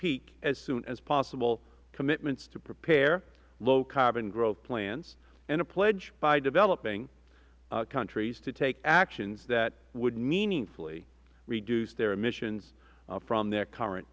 peak as soon as possible commitments to prepare low carbon growth plans and a pledge by developing countries to take actions that would meaningfully reduce their emissions from their current